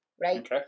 right